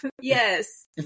Yes